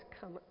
come